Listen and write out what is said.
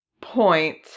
point